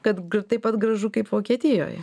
kad taip pat gražu kaip vokietijoje